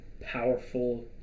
powerful